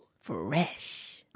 Fresh